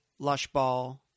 Lushball